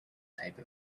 type